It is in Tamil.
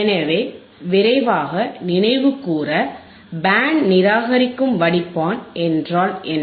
எனவே விரைவாக நினைவுகூர பேண்ட் நிராகரிக்கும் வடிப்பான் என்றால் என்ன